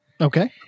Okay